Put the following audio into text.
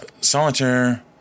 Solitaire